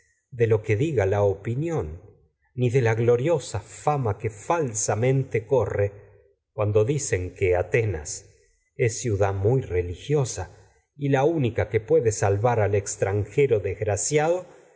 de lo que diga la opinión ni cuando de la gloriosa fama que fal samente corre dicen que atenas es ciudad muy ro religiosa y la única y puede salvar al extranje en su desgraciado